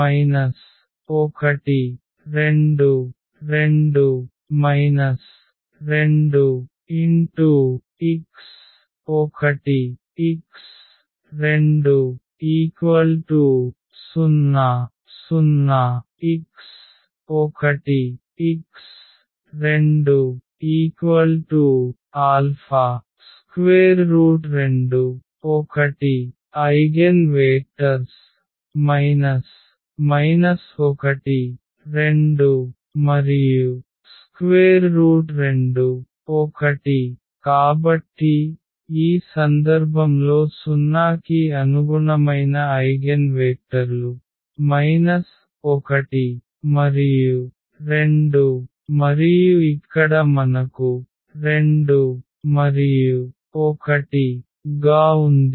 1 2 2 2 x1 x2 0 0 x1 x2 α√2 1 eigenvectors 1 2 √2 1 కాబట్టి ఈ సందర్భంలో 0 కి అనుగుణమైన ఐగెన్వేక్టర్లు 1 మరియు 2 మరియు ఇక్కడ మనకు 2 మరియు 1 గా ఉంది